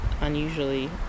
unusually